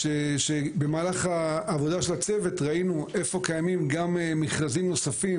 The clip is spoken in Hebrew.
במהלך עבודת הצוות ראינו איפה קיימים מכרזים נוספים,